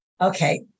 Okay